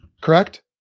Correct